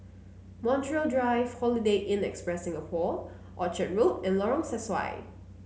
Montreal Drive Holiday Inn Express Singapore Orchard Road and Lorong Sesuai